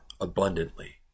abundantly